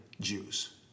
Jews